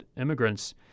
immigrants